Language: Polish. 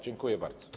Dziękuję bardzo.